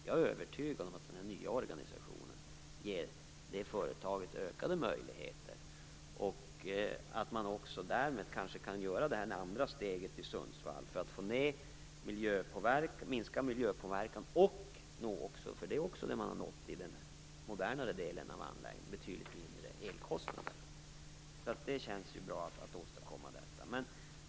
Jag är övertygad om att den nya organisationen ger företaget ökade möjligheter, och att man därmed kanske också kan ta det andra steget i Sundsvall för att minska miljöpåverkan och, för det har man också uppnått i den modernare delen av anläggningen, få betydligt lägre elkostnader. Det känns bra att man kan åstadkomma detta.